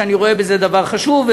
שאני רואה בזה דבר חשוב,